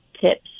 tips